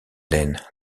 laine